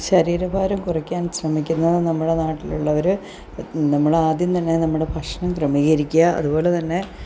ശരീരഭാരം കുറയ്ക്കാൻ ശ്രമിക്കുന്ന നമ്മുടെ നാട്ടിലുള്ളവർ നമ്മൾ ആദ്യം തന്നെ നമ്മുടെ ഭക്ഷണം ക്രമീകരിക്കുക അതുപോലെ തന്നെ